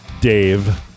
Dave